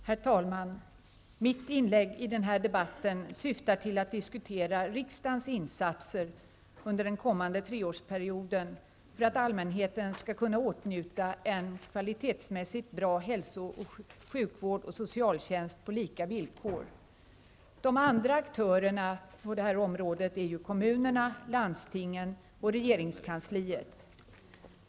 Herr talman! Mitt inlägg i den här debatten syftar till att diskutera riksdagens insatser under den kommande treårsperioden för att allmänheten skall kunna åtnjuta en kvalitetsmässigt bra hälso och sjukvård och socialtjänst på lika villkor. De andra aktörerna på detta område är kommunerna, landstingen och regeringskansliet.